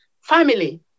family